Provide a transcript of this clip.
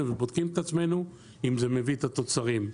ובודקים את עצמנו האם זה מביא את התוצרים.